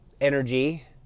energy